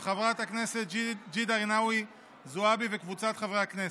של חברת הכנסת ג'ידא רינאוי זועבי וקבוצת חברי הכנסת,